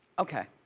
okay,